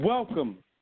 Welcome